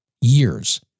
Years